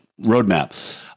roadmap